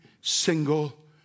single